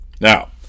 Now